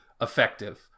effective